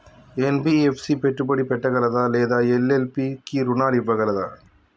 NBFC పెట్టుబడి పెట్టగలదా లేదా ఎల్.ఎల్.పి కి రుణాలు ఇవ్వగలదా?